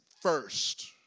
first